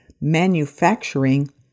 Manufacturing